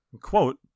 Quote